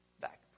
back